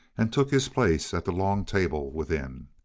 and took his place at the long table within.